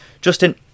Justin